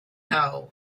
know